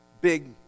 big